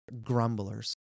grumblers